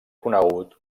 conegut